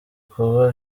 kuba